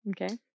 Okay